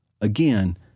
Again